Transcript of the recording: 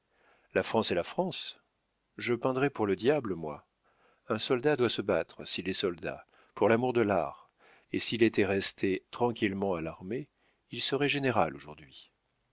la france est la france je peindrais pour le diable moi un soldat doit se battre s'il est soldat pour l'amour de l'art et s'il était resté tranquillement à l'armée il serait général